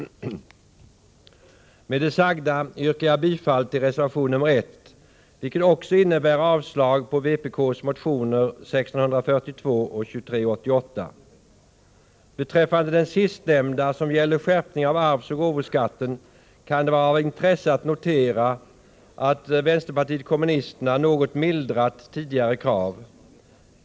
Med det sagda yrkar jag bifall till reservation nr 1, vilket också innebär avslag på vpk:s motioner 1642 och 2388. Beträffande den sistnämnda — som gäller skärpning av arvsoch gåvoskatten — kan det vara av intresse att notera att vänsterpartiet kommunisterna något har mildrat tidigare krav.